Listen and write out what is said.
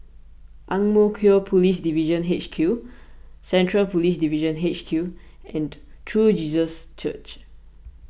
Ang Mo Kio Police Divisional H Q Central Police Division H Q and True Jesus Church